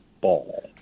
ball